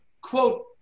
quote